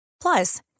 Plus